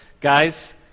guys